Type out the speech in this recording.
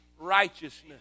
righteousness